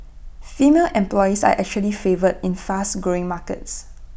female employees are actually favoured in fast growing markets